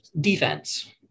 defense